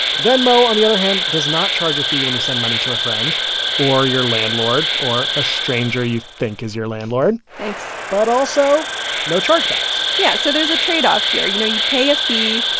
venmo, on the other hand, does not charge a fee when you send money to a friend or your landlord or a stranger you think is your landlord thanks but also no chargebacks yeah, so there's a tradeoff here. you know, you pay a fee,